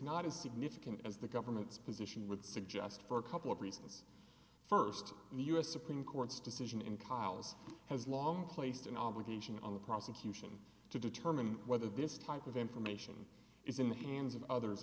not as significant as the government's position would suggest for a couple of reasons first the u s supreme court's decision in kyle's has long placed an obligation on the prosecution to determine whether this type of information is in the hands of others